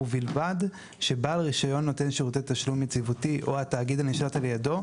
ובלבד שבעל רישיון נותן שירותי תשלום יציבותי או התאגיד הנשלט על ידו,